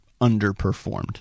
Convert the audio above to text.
underperformed